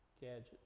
gadget